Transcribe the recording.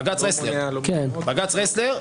בג"ץ רסלר.